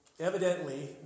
Evidently